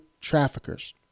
traffickers